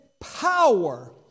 power